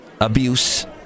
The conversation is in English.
abuse